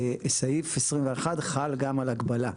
סעיף 21 חל גם על הגבלה.